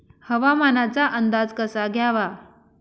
हवामानाचा अंदाज कसा घ्यावा?